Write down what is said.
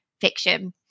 fiction